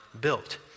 built